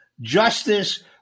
justice